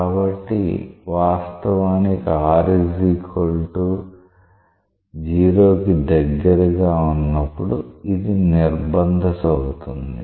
కాబట్టి వాస్తవానికి r 0 కి దగ్గరగా ఉన్నప్పుడు ఇది నిర్బంధ సుడి అవుతుంది